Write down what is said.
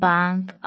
Bank